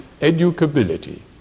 educability